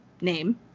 name